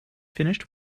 finished